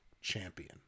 champion